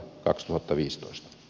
arvoisa puhemies